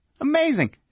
Amazing